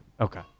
Okay